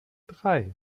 drei